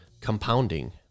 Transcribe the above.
compounding